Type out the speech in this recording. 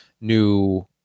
new